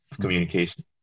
communication